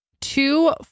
two